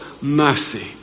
mercy